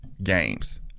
games